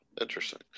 Interesting